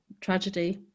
tragedy